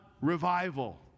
revival